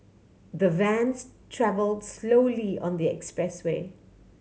the vans travelled slowly on the expressway